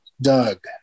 Doug